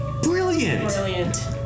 Brilliant